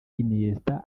iniesta